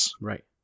Right